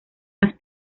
las